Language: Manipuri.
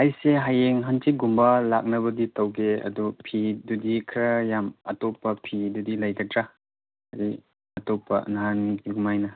ꯑꯩꯁꯦ ꯍꯌꯦꯡ ꯍꯥꯆꯤꯠ ꯀꯨꯝꯕ ꯂꯥꯛꯅꯕꯗꯤ ꯇꯧꯒꯦ ꯑꯗꯨ ꯐꯤꯗꯨꯗꯤ ꯈꯔ ꯌꯥꯝ ꯑꯇꯣꯞꯄ ꯐꯤꯗꯗꯤ ꯂꯩꯒꯗ꯭ꯔꯥ ꯍꯥꯏꯗꯤ ꯑꯇꯣꯞꯄ ꯅꯍꯥꯟꯒꯤ ꯑꯗꯨꯃꯥꯏꯅ